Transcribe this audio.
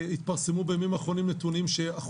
בימים האחרונים התפרסמו נתונים לפיהם